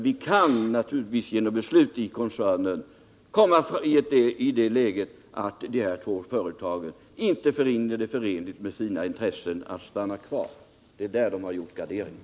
Vi kan naturligtvis genom beslut i koncernen komma i det läget att de här två företagen inte finner det förenligt med sina intressen att stanna kvar. Det är där de har gjort garderingen.